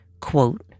quote